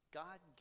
god